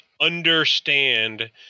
understand